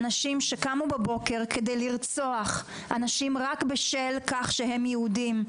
אנשים שקמו בבוקר כדי לרצוח אנשים רק בשל כך שהם יהודים,